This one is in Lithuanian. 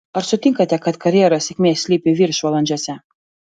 ar sutinkate kad karjeros sėkmė slypi viršvalandžiuose